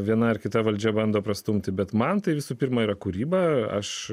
viena ar kita valdžia bando prastumti bet man tai visų pirma yra kūryba aš